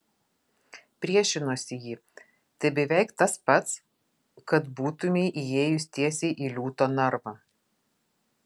priešinosi ji tai beveik tas pats kad būtumei įėjus tiesiai į liūto narvą